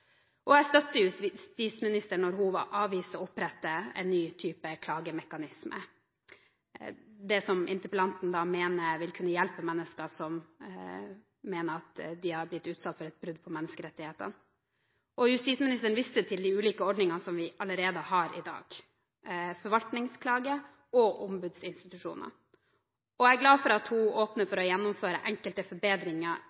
Jeg støtter justisministeren når hun avviser å opprette en ny type klagemekanisme – som interpellanten mener vil kunne hjelpe mennesker som mener at de er blitt utsatt for brudd på menneskerettighetene. Justisministeren viste til de ulike ordningene som vi allerede har i dag: forvaltningsklage og ombudsinstitusjoner. Jeg er glad for at hun åpner